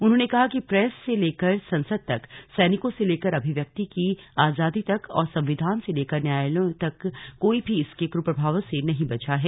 उन्होंने कहा कि प्रेस से लेकर संसद तक सैनिकों से लेकर अभिव्यक्ति की आजादी तक और संविधान से लेकर न्यायालयों तक कोई भी इसके क्प्रभावों से नहीं बचा है